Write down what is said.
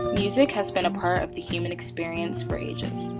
music has been a part of the human experience for ages.